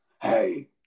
Hey